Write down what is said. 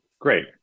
great